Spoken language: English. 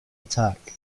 attack